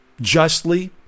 justly